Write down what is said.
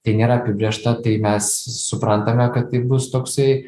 tai nėra apibrėžta tai mes suprantame kad tai bus toksai